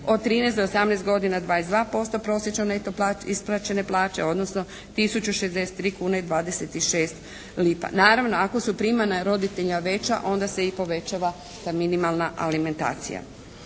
od 13 do 18 godina 22% prosječne neto isplaćene plaće odnosno tisuću 63 kune i 26 lipa. Naravno ako su primanja roditelja veća onda se i povećava ta minimalna alimentacija.